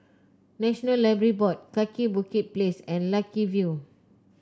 National Library Board Kaki Bukit Place and Lucky View